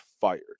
fired